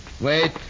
Wait